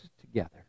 together